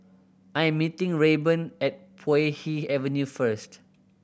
I am meeting Rayburn at Puay Hee Avenue first